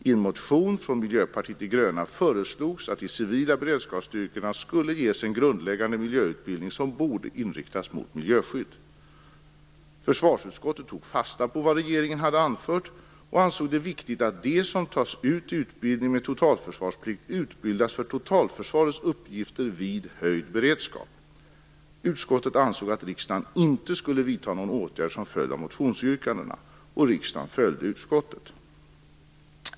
I en motion från Miljöpartiet de gröna föreslogs att de civila beredskapsstyrkorna skulle ges en grundläggande miljöutbildning som borde inriktas mot miljöskydd. Försvarsutskottet tog fasta på vad regeringen hade anfört och ansåg det viktigt att de som tas ut till utbildning med totalförsvarsplikt utbildas för totalförsvarets uppgifter vid höjd beredskap. Utskottet ansåg att riksdagen inte skulle vidta någon åtgärd som följd av motionsyrkandena. Riksdagen följde utskottet.